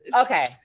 okay